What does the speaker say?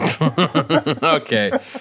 Okay